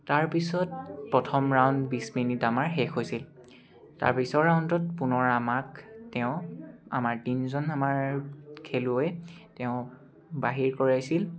তাৰপিছত প্ৰথম ৰাউণ্ড বিছ মিনিট আমাৰ শেষ হৈছিল তাৰ পিছৰ ৰাউণ্ডটোত পুনৰ আমাক তেওঁ আমাৰ তিনিজন আমাৰ খেলুৱৈ তেওঁ বাহিৰ কৰাইছিল